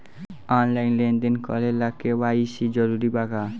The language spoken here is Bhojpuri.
आनलाइन लेन देन करे ला के.वाइ.सी जरूरी बा का?